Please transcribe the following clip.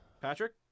Patrick